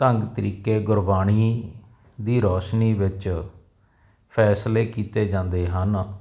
ਢੰਗ ਤਰੀਕੇ ਗੁਰਬਾਣੀ ਦੀ ਰੌਸ਼ਨੀ ਵਿੱਚ ਫੈਸਲੇ ਕੀਤੇ ਜਾਂਦੇ ਹਨ